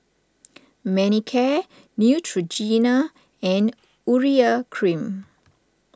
Manicare Neutrogena and Urea Cream